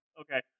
okay